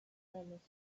premises